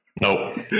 Nope